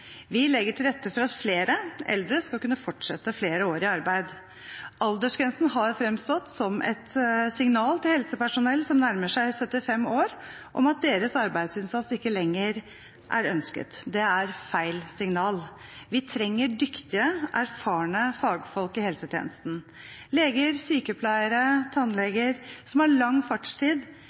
Vi legger til rette for at flere eldre skal kunne fortsette flere år i arbeid. Aldersgrensen har framstått som et signal til helsepersonell som nærmer seg 75 år, om at deres arbeidsinnsats ikke lenger er ønsket. Det er feil signal. Vi trenger dyktige, erfarne fagfolk i helsetjenesten. Leger, sykepleiere og tannleger som har lang fartstid,